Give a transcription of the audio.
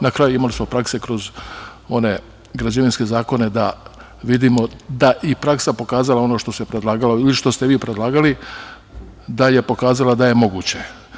Na kraju, imali smo prakse kroz one građevinske zakone da vidimo da je i praksa pokazala ono što se predlagalo ili što ste i vi predlagali, da je pokazala da je moguće.